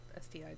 STI